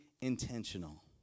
intentional